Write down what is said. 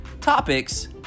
topics